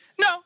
No